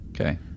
Okay